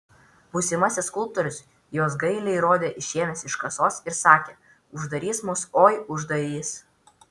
būsimasis skulptorius juos gailiai rodė išėmęs iš kasos ir sakė uždarys mus oi uždarys